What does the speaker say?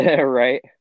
Right